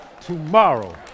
tomorrow